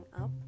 up